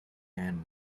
and